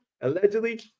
allegedly